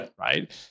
right